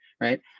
right